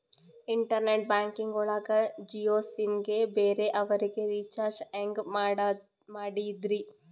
Internet banking ಒಳಗ Jio sim ಗೆ ಬೇರೆ ಅವರಿಗೆ ರೀಚಾರ್ಜ್ ಹೆಂಗ್ ಮಾಡಿದ್ರಿ?